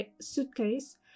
suitcase